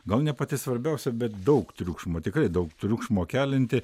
gal ne pati svarbiausia bet daug triukšmo tikrai daug triukšmo kelianti